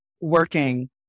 working